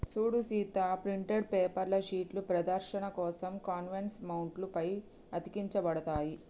సూడు Sita printed paper షీట్లు ప్రదర్శన కోసం కాన్వాస్ మౌంట్ల పై అతికించబడతాయి